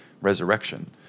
Resurrection